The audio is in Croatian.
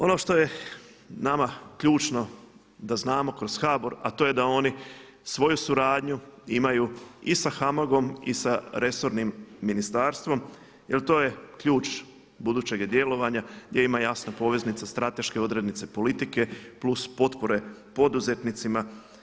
Ono što je nama ključno da znamo kroz HBOR, a to je da oni svoju suradnju imaju i sa HAMAG-om i sa resornim ministarstvom jer to je ključ budućega djelovanja gdje ima jasna poveznica strateške odrednice politike plus potpore poduzetnicima.